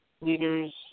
leaders